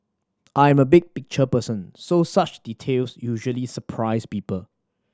I am a big picture person so such details usually surprise people